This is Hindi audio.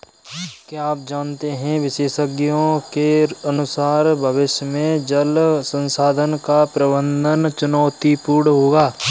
क्या आप जानते है विशेषज्ञों के अनुसार भविष्य में जल संसाधन का प्रबंधन चुनौतीपूर्ण होगा